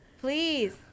Please